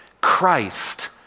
Christ